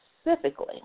specifically